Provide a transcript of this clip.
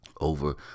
over